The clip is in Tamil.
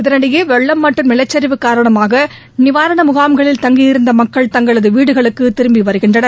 இதனிடையே வெள்ளம் மற்றும் நிலச்சிவு ஊரணமாக நிவாரண முகாம்களில் தப்கியிருந்த மக்கள் தப்களது வீடுகளுக்கு திரும்பி வருகின்றனர்